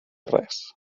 res